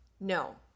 No